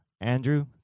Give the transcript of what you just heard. Andrew